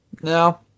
no